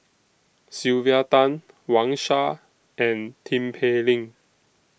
Sylvia Tan Wang Sha and Tin Pei Ling